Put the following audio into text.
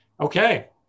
Okay